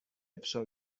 افشا